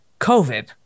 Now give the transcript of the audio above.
covid